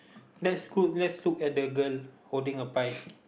let's look let's look at the girl holding a pie